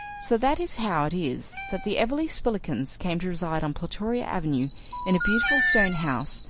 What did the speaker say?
so that is how it is that the everleigh-spillikinses came to reside on plutoria avenue in a beautiful stone house,